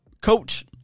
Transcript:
coach